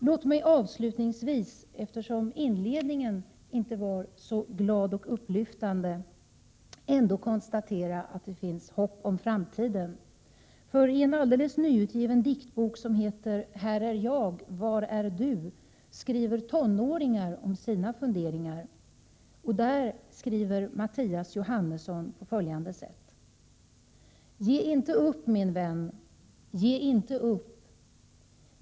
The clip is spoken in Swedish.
Låt mig ändå, eftersom inledningen inte var så glad och upplyftande, konstatera att det finns hopp om framtiden. I en alldeles nyutgiven diktbok som heter Här är jag Var är du? skriver tonåringar om sina funderingar. Mattias Johannesson skriver på följande sätt: ”Ge inte upp min vän. Ge inte upp.